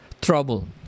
trouble